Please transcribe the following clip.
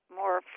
more